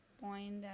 point